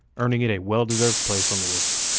earning it a well-deserved place on the list.